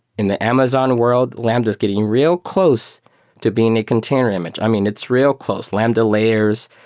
in the amazon world, lambda is getting real close to being a container image. i mean, it's real close. lambda layers,